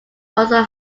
also